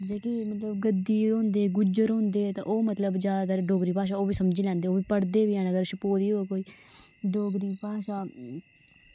जेह्के गद्दी होंदे गुज्जर होंदे ते ओह् मतलब जैदातर डोगरी भाशा ओह् बी समझी लैंदे ओह् पढ़दे बी हैन अगर छपोई दी होग कोई डोगरी भाशा